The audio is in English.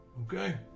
Okay